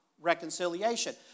reconciliation